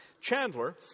Chandler